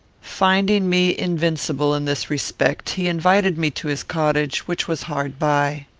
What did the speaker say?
finding me invincible in this respect, he invited me to his cottage, which was hard by.